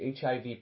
HIV